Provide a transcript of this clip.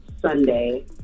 sunday